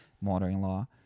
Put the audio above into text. mother-in-law